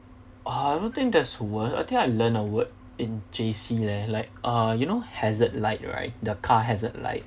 uh I don't think that's worse I think I learnt a word in J_C leh like uh you know hazard light right the car hazard light